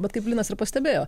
bet kaip linas ir pastebėjo